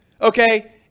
Okay